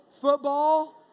football